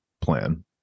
plan